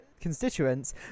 constituents